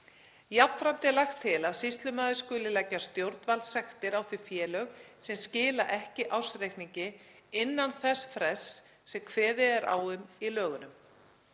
er lagt til að sýslumaður skuli leggja stjórnvaldssektir á þau félög sem skila ekki ársreikningi innan þess frests sem kveðið er á um í lögunum.